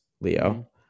Leo